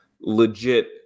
legit